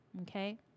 Okay